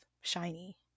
Shiny